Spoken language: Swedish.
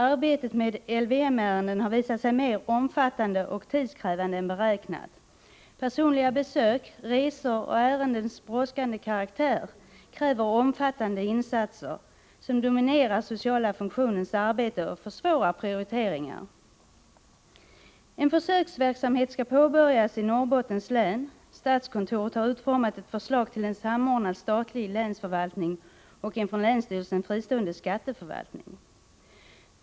Arbetet med LVM-ärenden har visat sig mer omfattande och tidskrävande än beräknat. Personliga besök, resor och ärendenas brådskande karaktär fordrar betydande insatser, som dominerar den sociala funktionens arbete och försvårar prioriteringar. En försöksverksamhet inom länsstyrelsernas område skall påbörjas i Norrbottens län. Statskontoret har utformat ett förslag till en samordnad statlig länsförvaltning och en från länsstyrelsen fristående skatteförvaltning.